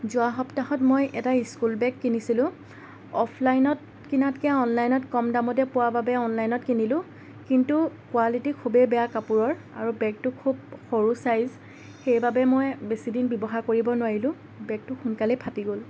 যোৱা সপ্তাহত মই এটা ইস্কুল বেগ কিনিছিলোঁ অফলাইনত কিনাতকৈ অনলাইনত কম দামতে পোৱা বাবে অনলাইনত কিনিলোঁ কিন্তু কোৱালিটী খুবেই বেয়া কাপোৰৰ আৰু বেগটো খুব সৰু চাইজ সেইবাবে মই বেছিদিন ব্য়ৱহাৰ কৰিব নোৱাৰিলোঁ বেগটো সোনকালেই ফাটি গ'ল